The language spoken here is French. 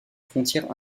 frontière